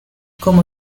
como